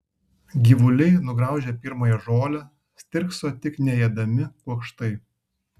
gyvuliai nugraužė pirmąją žolę stirkso tik neėdami kuokštai